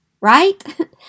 right